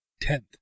tenth